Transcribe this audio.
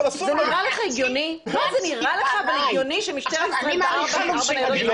זה נראה לך הגיוני שמשטרת ישראל שולחת ארבע ניידות?